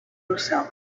yourself